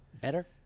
better